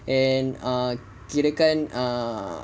and uh kirakan ah